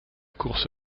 course